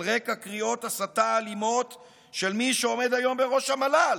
רקע קריאות הסתה אלימות של מי שעומד היום בראש המל"ל,